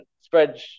spread